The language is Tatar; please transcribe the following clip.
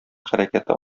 хәрәкәте